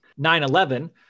9-11